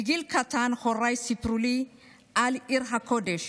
מגיל קטן הוריי סיפרו לי על עיר הקודש,